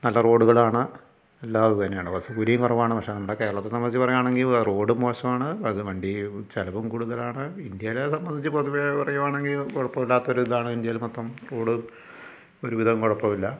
നല്ല റോഡുകളാണ് എല്ലാം അതു തന്നെയാണ് ബസ്സ് കൂലിയും കുറവാണ് പക്ഷെ നമ്മുടെ കേരളത്തെ സംബന്ധിച്ച് പറയുകയാണെങ്കിൽ റോഡും മോശമാണ് വണ്ടി ചിലവും കൂടുതലാണ് ഇന്ത്യയിലെ സംബന്ധിച്ച് പൊതുവെ പറയുകയാണെങ്കിൽ കുഴപ്പമില്ലാത്തൊരു ഇതാണ് ഇന്ത്യയിൽ മൊത്തം റോഡ് ഒരുവിധം കുഴപ്പമില്ല